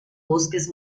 bosques